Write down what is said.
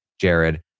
Jared